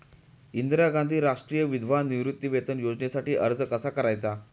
इंदिरा गांधी राष्ट्रीय विधवा निवृत्तीवेतन योजनेसाठी अर्ज कसा करायचा?